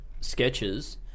sketches